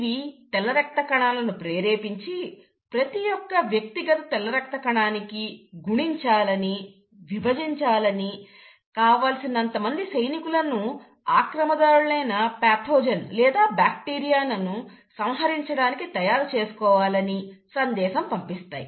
ఇవి తెల్ల రక్త కణాలను ప్రేరేపించి ప్రతి ఒక్క వ్యక్తిగత తెల్ల రక్త కణానికి గుణించాలని విభజించాలని కావలసినంత మంది సైనికులను ఆక్రమణదారులైన పాథోజన్ లేదా బ్యాక్టీరియాను సంహరించడానికి తయారు చేసుకోవాలని సందేశం పంపిస్తాయి